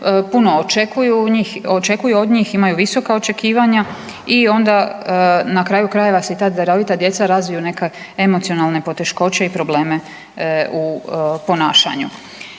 puno očekuju od njih, imaju visoka očekivanja i onda na kraju krajeva se ta darovita djeca razviju neke emocionalne poteškoće i probleme u ponašanju.